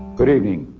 good evening.